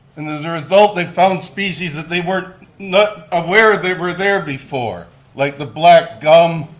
and as a result, they found species that they were not aware they were there before, like the black gum